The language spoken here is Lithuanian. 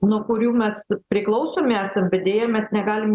nuo kurių mes priklausomi esam bet deja mes negalim